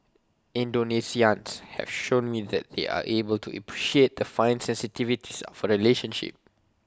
Indonesians have shown me that they are able to appreciate the fine sensitivities of A relationship